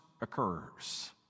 occurs